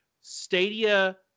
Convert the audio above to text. Stadia